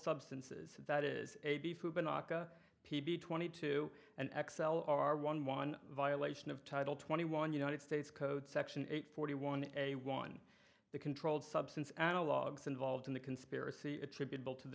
substances that is a before been aka p b twenty two and x l r one one violation of title twenty one united states code section eight forty one a one the controlled substance analogues involved in the conspiracy attributable to the